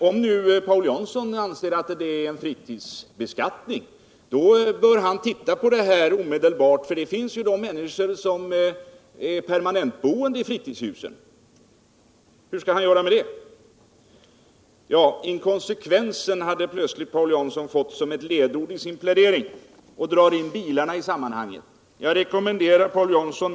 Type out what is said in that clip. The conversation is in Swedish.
Om Paul Jansson anser att fastighetsskatten i detta fall är en fritidsskatt, bör han granska förhållandena omedelbart, eftersom det finns människor som permanentbor i fritidshus. Hur skall man göra med dem? ”Inkonsekvensen” har Paul Jansson plötsligt fått såsom ett ledord i sin plädering, och han drog in beskattningen av bilarna i sammanhanget.